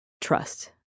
trust